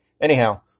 anyhow